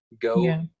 go